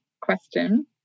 question